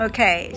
Okay